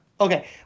Okay